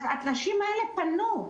הנשים האלה פנו,